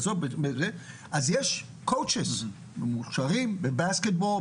ויש Coaches מאושרים בכדורסל,